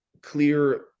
clear